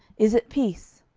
is it peace?